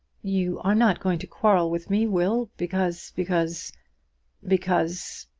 you are not going to quarrel with me, will, because because because.